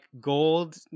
gold